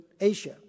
Asia